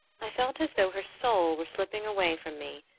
i felt as though her soul were slipping away from me,